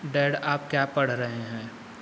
dad आप क्या पढ़ रहे हैं